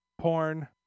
porn